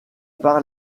par